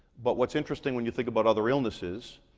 but what's interesting when you think about other illnesses,